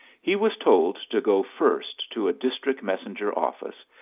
he was told to go first to a district-messenger office,